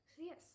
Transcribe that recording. yes